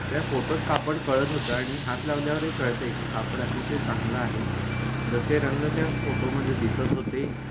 त्या फोटोत कापड कळत होतं आणि हात लावल्यावरही कळतं आहे की कापड अतिशय चांगलं आहे जसे रंग त्या फोटोमध्ये दिसत होते